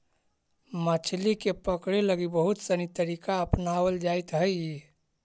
मछली के पकड़े लगी बहुत सनी तरीका अपनावल जाइत हइ